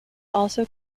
also